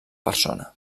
persona